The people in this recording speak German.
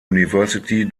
university